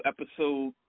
Episode